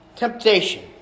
Temptation